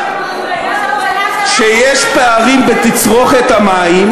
ראש הממשלה שלח אותך, כשיש פערים בתצרוכת המים,